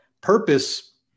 purpose